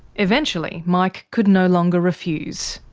eventually mike could no longer refuse.